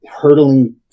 hurtling